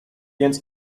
więc